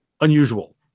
unusual